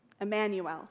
Emmanuel